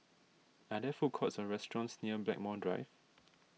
are there food courts or restaurants near Blackmore Drive